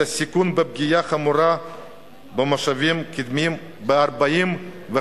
הסיכון בפגיעה חמורה במושבים קדמיים ב-45%.